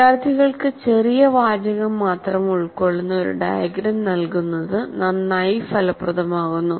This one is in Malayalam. വിദ്യാർത്ഥികൾക്ക് ചെറിയ വാചകം മാത്രം ഉൾക്കൊള്ളുന്ന ഒരു ഡയഗ്രം നൽകുന്നത് നന്നായി ഫലപ്രദമാകുന്നു